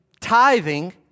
tithing